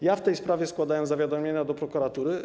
Ja w tej sprawie składałem zawiadomienia do prokuratury.